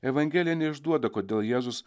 evangelija neišduoda kodėl jėzus